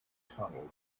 tunnel